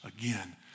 again